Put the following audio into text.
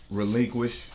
relinquish